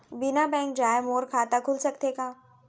बिना बैंक जाए मोर खाता खुल सकथे का?